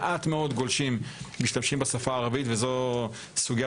מעט מאוד גולשים משתמשים בשפה הערבית וזו סוגיה